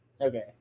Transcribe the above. Okay